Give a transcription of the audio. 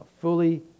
fully